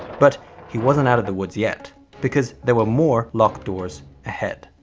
but he wasn't out of the woods yet because there were more locked doors ahead.